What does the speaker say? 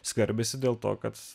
skverbiasi dėl to kad